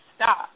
stop